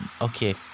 okay